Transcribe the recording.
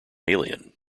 alien